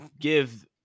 give